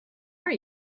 are